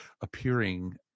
appearing